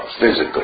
physically